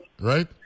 right